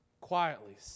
Quietly